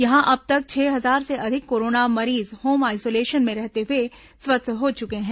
यहां अब तक छह हजार से अधिक कोरोना मरीज होम आइसोलेशन में रहते हुए स्वस्थ हो चुके हैं